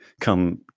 come